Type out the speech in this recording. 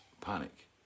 panic